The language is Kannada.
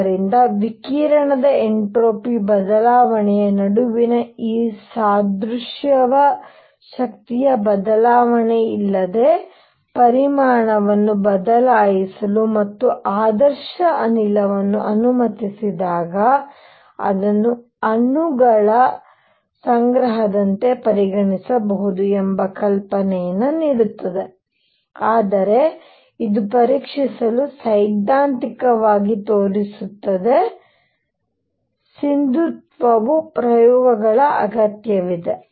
ಆದ್ದರಿಂದ ವಿಕಿರಣದ ಎನ್ಟ್ರೋಪಿ ಬದಲಾವಣೆಯ ನಡುವಿನ ಈ ಸಾದೃಶ್ಯವು ಶಕ್ತಿಯ ಬದಲಾವಣೆಯಿಲ್ಲದೆ ಪರಿಮಾಣವನ್ನು ಬದಲಾಯಿಸಲು ಮತ್ತು ಆದರ್ಶ ಅನಿಲವನ್ನು ಅನುಮತಿಸಿದಾಗ ಅದನ್ನು ಅಣುಗಳ ಸಂಗ್ರಹದಂತೆ ಪರಿಗಣಿಸಬಹುದು ಎಂಬ ಕಲ್ಪನೆಯನ್ನು ನೀಡುತ್ತದೆ ಆದರೆ ಇದು ಪರೀಕ್ಷಿಸಲು ಸೈದ್ಧಾಂತಿಕವಾಗಿ ತೋರಿಸುತ್ತದೆ ಸಿಂಧುತ್ವವು ಪ್ರಯೋಗಗಳ ಅಗತ್ಯವಿದೆ